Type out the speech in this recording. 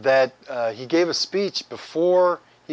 that he gave a speech before he